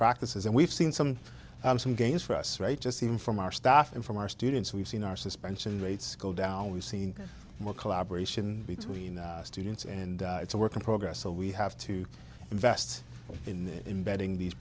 practices and we've seen some some gains for us right just seen from our staff and from our students we've seen our suspension rates go down we've seen more collaboration between students and it's a work in progress so we have to invest in imbedding these